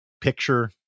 picture